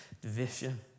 division